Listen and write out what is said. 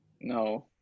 No